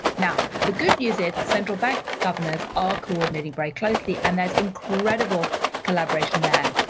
now the good news is central bank governors are coordinating very closely, and there's incredible collaboration there.